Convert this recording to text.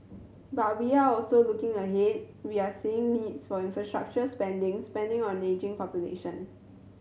but we are also looking ahead we are seeing needs for infrastructure spending spending on ageing population